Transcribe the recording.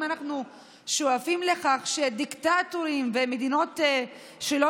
האם אנחנו שואפים לכך שדיקטטורים במדינות שלא